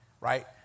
right